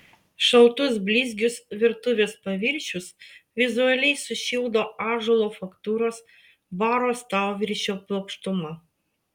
šaltus blizgius virtuvės paviršius vizualiai sušildo ąžuolo faktūros baro stalviršio plokštuma